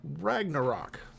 Ragnarok